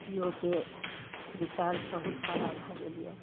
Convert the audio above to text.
जिओके recharge बहुत कड़ा भए गेल यऽ